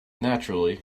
naturally